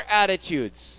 attitudes